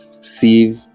see